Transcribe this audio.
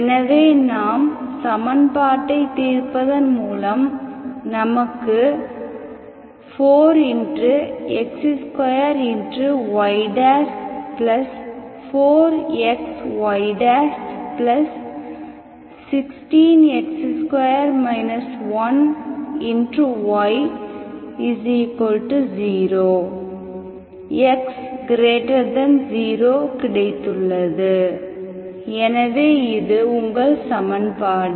எனவே நாம் சமன்பாடை தீர்ப்பதன் மூலம் நமக்கு 4x2y 4xy16x2 1y 0 x 0 கிடைத்துள்ளது எனவே இது உங்கள் சமன்பாடு